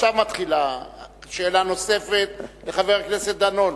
עכשיו מתחילה שאלה נוספת לחבר הכנסת דנון,